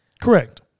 Correct